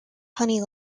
honey